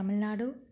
Tamil Nadu